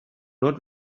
not